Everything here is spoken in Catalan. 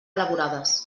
elaborades